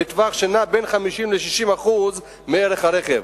בטווח שנע בין 50% ל-60% מערך הרכב.